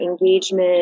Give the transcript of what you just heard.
engagement